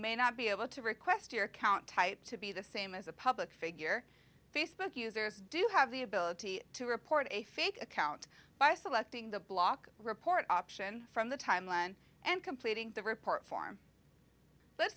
may not be able to request your account type to be the same as a public figure facebook users do have the ability to report a fake account by selecting the block report option from the timeline and completing the report form let's